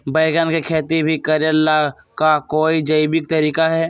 बैंगन के खेती भी करे ला का कोई जैविक तरीका है?